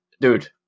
dude